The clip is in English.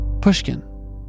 Pushkin